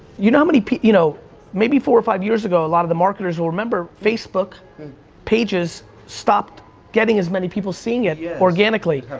you know you know maybe four or five years ago a lot of the marketers will remember, facebook pages stopped getting as many people seen it yeah organically